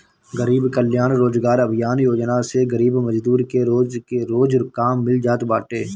गरीब कल्याण रोजगार अभियान योजना से गरीब मजदूर के रोज के रोज काम मिल जात बाटे